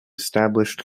established